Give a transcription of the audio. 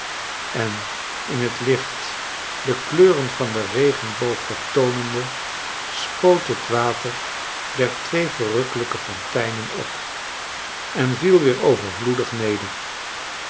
en in het licht de kleuren van den regenboog vertoonende spoot het water der twee verrukkelijke fonteinen op en viel weer overvloedig neder